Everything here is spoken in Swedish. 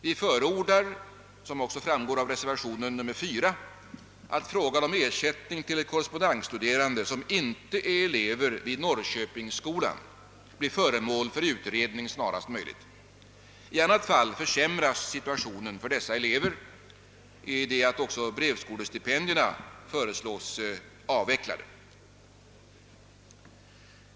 Vi förordar, som också framgår av reservationen nr 4, att frågan om ersättning till korrespondensstuderande som inte är elever vid Norrköpingsskolan blir föremål för utredning snarast möjligt. I annat fall försämras situationen för dessa elever i det att också brevskolestipendierna föreslås avvecklade.